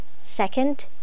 Second